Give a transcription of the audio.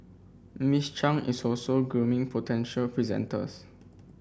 Miss Chang is also grooming potential presenters